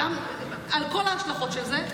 על כל ההשלכות של זה,